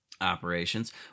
operations